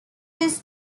his